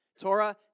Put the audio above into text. Torah